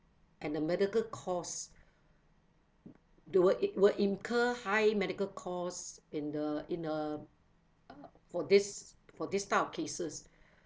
and the medical costs do w~ it will incur high medical costs in the in uh for this for this type of cases